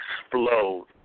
explode